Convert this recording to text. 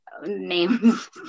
names